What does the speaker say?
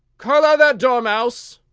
collar that dormouse,